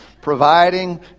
providing